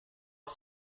que